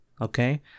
okay